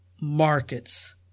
markets